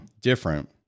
different